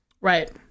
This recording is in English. Right